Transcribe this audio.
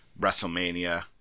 WrestleMania